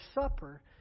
Supper